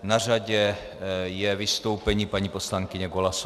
Na řadě je vystoupení paní poslankyně Golasowské.